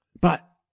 But